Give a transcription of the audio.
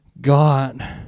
God